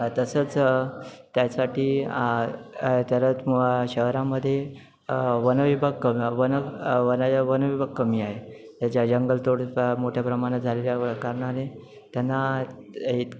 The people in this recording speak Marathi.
तसंच त्यासाठी त्यात शहरामध्ये वनविभाग कम वन वना वनविभाग कमी आहे त्याच्या जंगलतोडी फार मोठ्या प्रमाणात झालेल्या कारणाने त्यांना